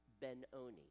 Ben-Oni